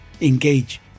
engage